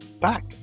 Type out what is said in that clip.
back